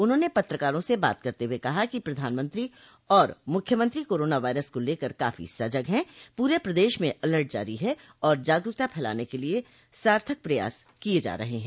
उन्होंने पत्रकारों से बात करते हुए कहा कि प्रधानमंत्री और मुख्यमंत्री कोरोना वायरस को लेकर काफी सजग हैं पूरे प्रदेश में अलर्ट जारी है और जागरूकता फैलाने के लिए सार्थक प्रयास किये जा रहे हैं